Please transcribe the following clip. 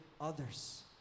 others